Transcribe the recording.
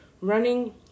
running